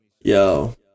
Yo